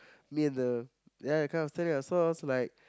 me and the ya that kind of thing so I was like